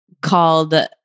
Called